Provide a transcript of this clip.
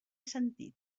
sentit